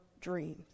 dreams